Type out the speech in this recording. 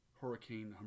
Hurricane